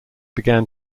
began